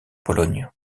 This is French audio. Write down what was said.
pologne